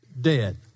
dead